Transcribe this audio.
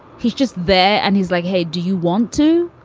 he's just there. and he's like, hey, do you want to?